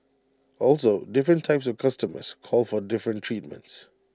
also different types of customers call for different treatments